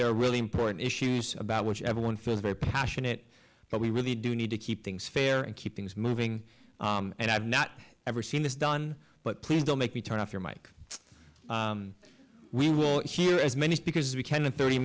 are really important issues about which everyone feels very passionate but we really do need to keep things fair and keep things moving and i've not ever seen this done but please don't make me turn off your mike we will hear as many speakers we can and thirty